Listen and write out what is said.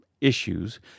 issues